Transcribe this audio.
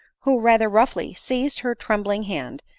who, rather roughly seizing her trembling hand,